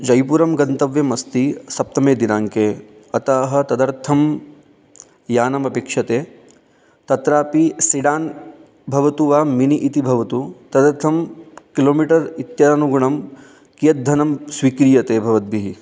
जैपुरं गन्तव्यमस्ति सप्तमे दिनाङ्के अतः तदर्थं यानमपेक्षते तत्रापि सिडान् भवतु वा मिनि इति भवतु तदर्थं किलोनिटर् इत्यनुगुणं कियद्धनं स्वीक्रियते भवद्भिः